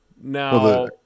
Now